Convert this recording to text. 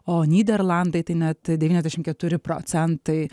o nyderlandai tai net devyniasdešim keturi procentai